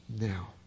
now